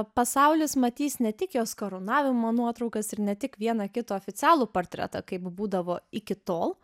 pasaulis matys ne tik jos karūnavimo nuotraukas ir ne tik vieną kitą oficialų portretą kaip būdavo iki tol